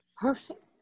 perfect